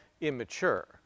immature